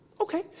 okay